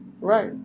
Right